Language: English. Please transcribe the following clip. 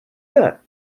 that